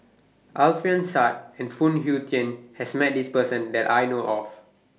Alfian Sa'at and Phoon Yew Tien has Met This Person that I know of